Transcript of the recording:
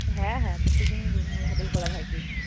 হ্যাঁ হ্যাঁ প্রত্যেকদিনই হোটেল খোলা থাকে কি